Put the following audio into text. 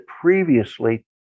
previously